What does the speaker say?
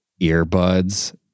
earbuds